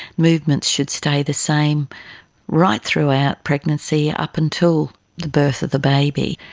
movements should stay the same right throughout pregnancy up until the birth of the baby.